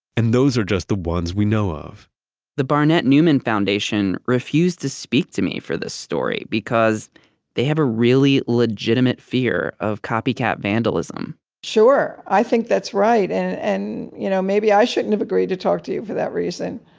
and those are just the ones we know of the barnett newman foundation refused to speak to me for this story, because they have a really legitimate fear of copycat vandalism sure, i think that's right. and and you know maybe i shouldn't have agreed to talk to you for that reason.